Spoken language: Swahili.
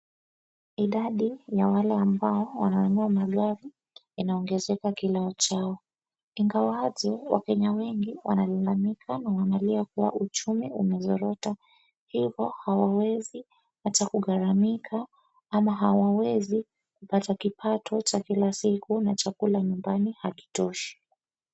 Idadi ya wale ambao wananua magari inaongeza kila uchao. Ingawaje wakenya wengi wanalalamika na wanalia kuwa uchumi umezorota hivo hawawezi hata kugharimika ama hawawezi kupata kipato cha kila siku na chakula nyumbani hakitoshi.